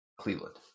Cleveland